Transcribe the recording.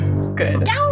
Good